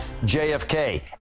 JFK